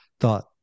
thought